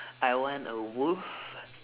I want a wolf